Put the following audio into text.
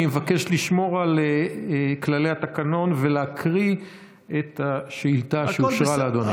אני מבקש לשמור על כללי התקנון ולהקריא את השאילתה שאושרה לאדוני.